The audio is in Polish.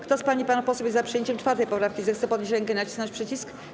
Kto z pań i panów posłów jest za przyjęciem 4. poprawki, zechce podnieść rękę i nacisnąć przycisk.